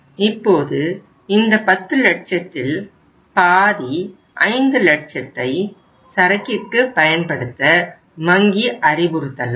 இப்போது இந்த பத்து லட்சத்தில் பாதி 5 லட்சத்தை சரக்கிற்கு பயன்படுத்த வங்கி அறிவுறுத்தலாம்